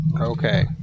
Okay